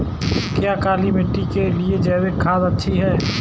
क्या काली मिट्टी के लिए जैविक खाद अच्छी है?